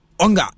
Onga